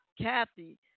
Kathy